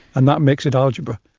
and that makes it algebra.